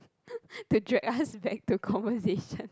to drag us back to conversation